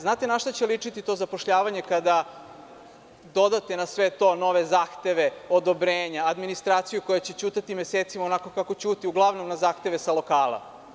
Znate li na šta će ličiti to zapošljavanje kada dodate na sve to nove zahteve, odobrenja, administraciju koja će ćutati mesecima onako kao što ćuti uglavnom na zahteve sa lokala?